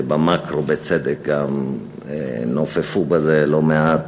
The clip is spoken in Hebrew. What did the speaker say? ובמקרו בצדק גם נופפו בזה לא מעט,